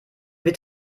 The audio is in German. wird